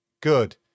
Good